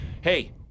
hey